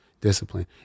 discipline